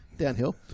Downhill